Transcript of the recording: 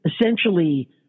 essentially